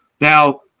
Now